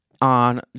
on